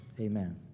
Amen